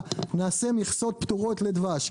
נעשה מכסות פטורות לדבש,